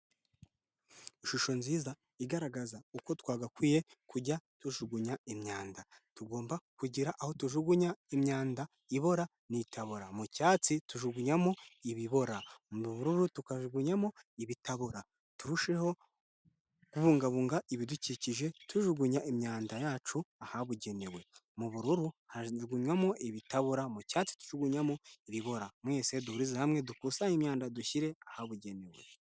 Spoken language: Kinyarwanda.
Ishusho nziza igaragaza uko twagakwiye kujya tujugunya imyanda. Tugomba kugira aho tujugunya imyanda ibora n'itabora, mu cyatsi tujugunyamo ibibora, mu bururu tukajugunyamo ibitabora. Turusheho kubungabunga ibidukikije tujugunya imyanda yacu ahabugenewe, mu bururu hajugunywamo ibitabora ,mu cyatsi tujugunyamo ibibora, mwese duhurize hamwe dukusanye imyanda dushyire ahabugenewe.